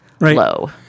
low